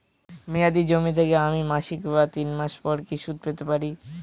মেয়াদী জমা থেকে আমি মাসিক বা তিন মাস পর কি সুদ পেতে পারি?